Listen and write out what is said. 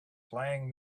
playing